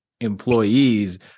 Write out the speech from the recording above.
employees